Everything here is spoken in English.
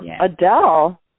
Adele